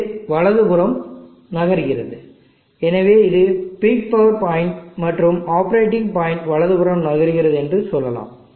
இது வலதுபுறம் நகர்கிறது எனவே இது பீக் பவர்பாயிண்ட் மற்றும் ஆப்பரேட்டிங் பாயிண்ட் வலதுபுறம் நகர்கிறது என்று சொல்லலாம்